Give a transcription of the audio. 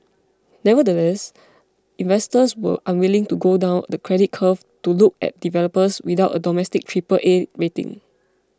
nevertheless investors were unwilling to go down the credit curve to look at developers without a domestic Triple A rating